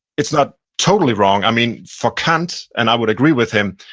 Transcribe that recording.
it's not totally wrong i mean, for kant, and i would agree with him,